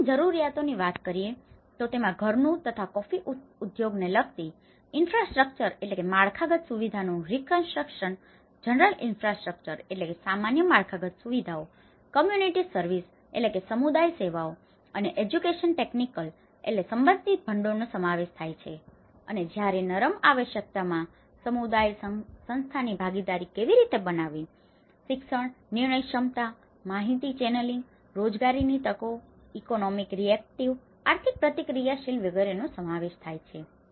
કઠિન જરૂરિયાતોની વાત કરીએ તો તેમાં ઘરનું તથા કોફી ઉદ્યોગને લગતી ઇનફ્રાસ્ટ્રક્ચર infrastructure માળખાગત સુવિધાઓનું રીકન્સ્ટ્રક્શન reconstructionપુનનિર્માણ જનરલ ઇનફ્રાસ્ટ્રક્ચર general infrastructure સામાન્ય માળખાગત સુવિધાઓ કમ્યૂનિટી સર્વિસ community services સમુદાય સેવાઓ અને એજ્યુકેશન ટેકનિકલ educational technical શૈક્ષણિક તકનીકી સંબંધિત ભંડોળનો સમાવેશ થાય અને જ્યારે નરમ આવશ્યકતાઓમાં સમુદાય સંસ્થાની ભાગીદારી કેવી રીતે બનાવવી શિક્ષણ નિર્ણય ક્ષમતા માહિતી ચેનલિંગ રોજગારીની તકો ઈકોનોમિક રીઍક્ટિવ economic reactive આર્થિક પ્રતિક્રિયાશીલ વિગેરેનો સમાવેશ થાય છે